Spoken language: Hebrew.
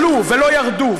עלו, ולא ירדו.